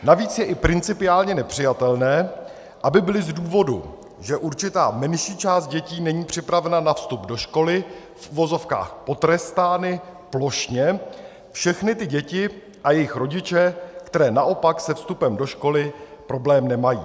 Navíc je i principiálně nepřijatelné, aby byly z důvodu, že určitá menší část dětí není připravena na vstup do školy, v uvozovkách potrestány plošně všechny ty děti a jejich rodiče, které naopak se vstupem do školy problém nemají.